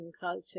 culture